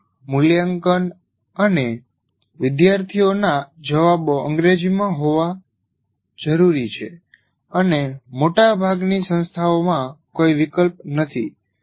સૂચના મૂલ્યાંકન અને વિદ્યાર્થીઓના જવાબો અંગ્રેજીમાં હોવા જરૂરી છે અને મોટાભાગની સંસ્થાઓમાં કોઈ વિકલ્પ નથી